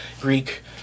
Greek